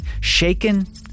Shaken